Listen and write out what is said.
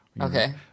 Okay